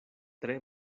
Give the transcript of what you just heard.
tre